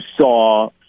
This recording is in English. saw